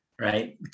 Right